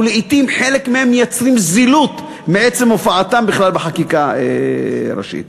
ולעתים חלק מהם מייצרים זילות מעצם הופעתם בכלל בחקיקה ראשית.